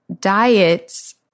diets